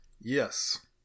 yes